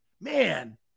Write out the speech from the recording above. man